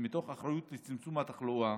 ומתוך אחריות לצמצום התחלואה,